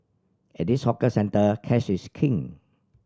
at this hawker centre cash is king